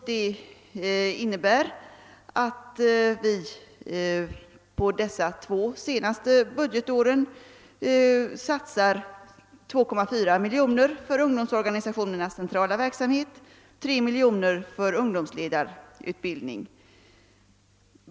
Det innebär att vi under de ifrågavarande två budgetåren kommer att ha genomfört ökningar med sammanlagt 2,4 miljoner kronor för ungdomsorganisationernas centrala verksamhet och 3 miljoner kronor för ungdomsledarutbildning.